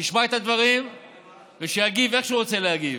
ישמע את הדברים ושיגיב איך שהוא רוצה להגיב.